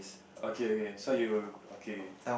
okay okay so you okay okay